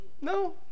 No